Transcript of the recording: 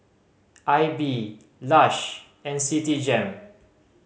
Aibi Lush and Citigem